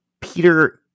Peter